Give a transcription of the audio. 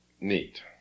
neat